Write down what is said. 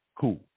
cool